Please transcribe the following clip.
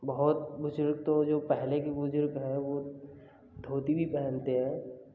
बहुत बुजुर्ग तो जो पहले के बुजुर्ग हैं वो धोती भी पहनते हैं